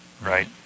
right